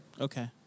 Okay